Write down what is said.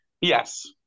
Yes